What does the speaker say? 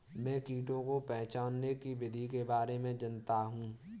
मैं कीटों को पहचानने की विधि के बारे में जनता हूँ